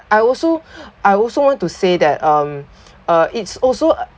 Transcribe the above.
I also I also want to say that um uh it's also